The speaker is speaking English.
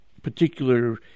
particular